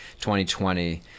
2020